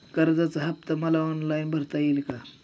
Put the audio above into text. कर्जाचा हफ्ता मला ऑनलाईन भरता येईल का?